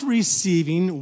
receiving